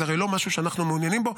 זה הרי לא משהו שאנחנו מעוניינים בו.